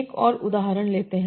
एक और उदाहरण लेते हैं